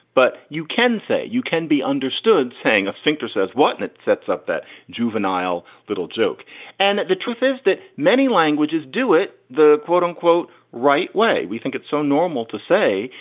but you can say you can be understood saying a sphincter says what? and it sets up that juvenile little joke and the truth is that many languages do it. the quote unquote right way. we think it's so normal to say,